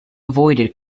avoided